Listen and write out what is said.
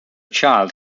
child